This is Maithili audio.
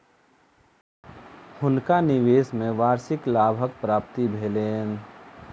हुनका निवेश में वार्षिक लाभक प्राप्ति भेलैन